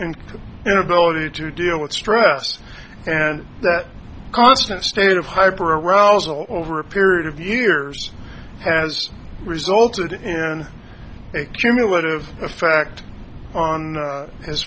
income inability to deal with stress and that constant state of hyper arousal over a period of years has resulted in a cumulative effect on his